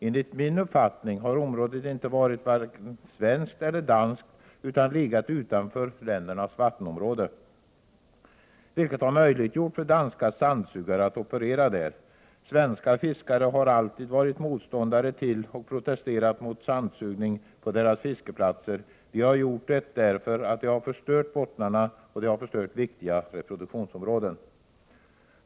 Enligt min uppfattning har området inte varit vare sig svenskt eller danskt utan legat utanför ländernas vattenområde, vilket har möjliggjort för danska sandsugare att operera där. Svenska fiskare har alltid varit motståndare till och protesterat mot sandsugningen på deras fiskeplatser. De har gjort det därför att sandsugningen har förstört bottnarna och viktiga reproduktionsområden.